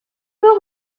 peut